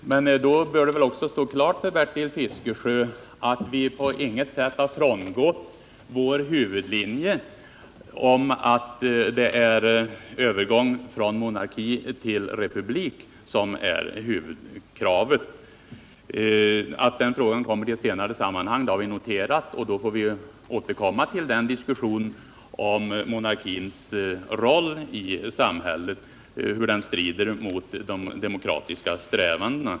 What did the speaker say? Herr talman! Men då bör det väl också stå klart för Bertil Fiskesjö att vi på intet sätt har frångått vår huvudlinje om att det är övergången från monarki till republik som är huvudkravet. Att den frågan kommer upp i ett senare sammanhang har vi noterat, och vi får då återkomma till diskussionen om hur monarkins roll i samhället strider mot de demokratiska strävandena.